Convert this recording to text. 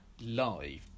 live